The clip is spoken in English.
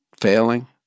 failing